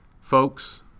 Folks